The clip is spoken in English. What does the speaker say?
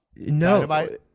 No